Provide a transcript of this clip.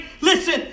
Listen